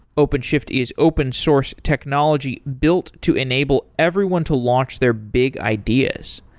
openshift is open source technology built to enable everyone to launch their big ideas.